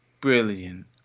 brilliant